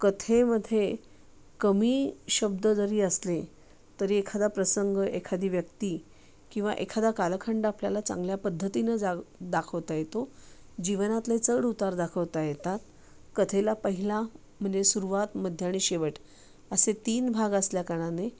कथेमधे कमी शब्द जरी असले तरी एखादा प्रसंग एखादी व्यक्ती किंवा एखादा कालखंड आपल्याला चांगल्या पद्धतीनं जा दाखवता येतो जीवनातले चढ उतार दाखवता येतात कथेला पहिला म्हणजे सुरुवात मध्य आणि शेवट असे तीन भाग असल्या कारणाने